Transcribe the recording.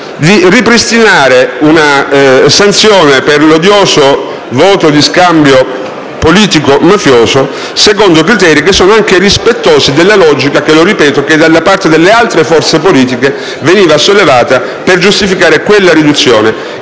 di ripristinare una sanzione per l'odioso voto di scambio politico-mafioso secondo i criteri che sono anche rispettosi della logica che dalle altre forze politiche veniva sollevata per giustificare quella riduzione.